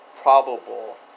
probable